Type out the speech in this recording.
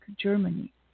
Germany